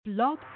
Blog